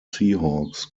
seahawks